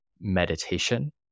meditation